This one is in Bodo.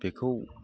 बेखौ